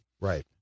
Right